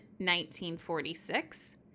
1946